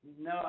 No